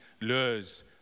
lures